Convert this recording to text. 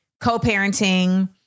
co-parenting-